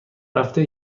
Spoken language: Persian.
رفته